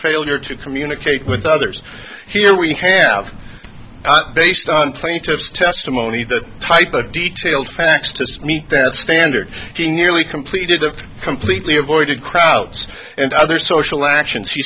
failure to communicate with others here we have based on plaintiff's testimony the type of details facts to meet that standard nearly completed the completely avoided crowds and other social actions he